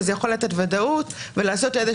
ושזה יכול לתת ודאות ולעשות סדר.